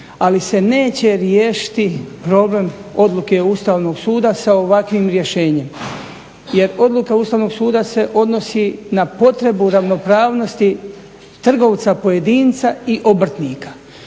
Ali se neće riješiti problem odluke Ustavnog suda sa ovakvim rješenjem. Jer odluka Ustavnog suda se odnosi na potrebu ravnopravnosti trgovca pojedinca i obrtnika,